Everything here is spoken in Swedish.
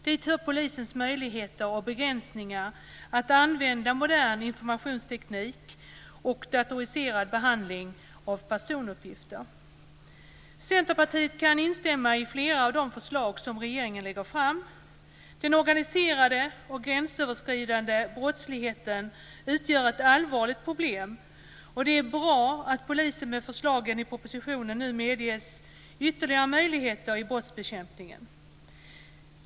Dit hör polisens möjligheter och begränsningar att använda modern informationsteknik och datoriserad behandling av personuppgifter. Centerpartiet kan instämma i flera av de förslag som regeringen lägger fram. Den organiserade och gränsöverskridande brottsligheten utgör ett allvarligt problem, och det är bra att polisen med förslagen i propositionen nu medges ytterligare möjligheter i brottsbekämpningen.